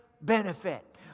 benefit